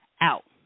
out